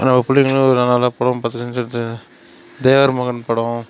நம்ம பிள்ளைங்களும் நல்ல நல்ல படம் பார்த்துட்டுன்னு சொல்லிட்டு தேவர் மகன் படம்